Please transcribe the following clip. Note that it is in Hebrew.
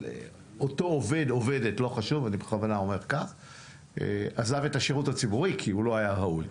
אותו עובד או עובדת לא חשוב עזב את השירות הציבורי כי הוא לא היה ראוי.